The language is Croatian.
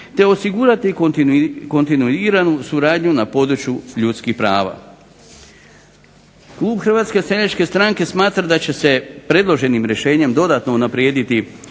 te osigurati kontinuiranu suradnju na području ljudskih prava. Klub Hrvatske seljačke stranke smatra da će se predloženim rješenjem dodatno unaprijediti